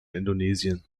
indonesien